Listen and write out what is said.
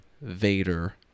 Vader